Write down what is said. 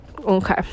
Okay